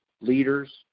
leaders